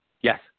Yes